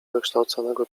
wykształconego